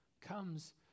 comes